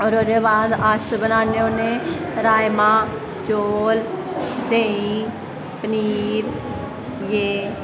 और अस ओह्दे बाद बनान्ने होन्ने राजमा चौल देंही पनीर जे